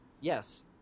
Yes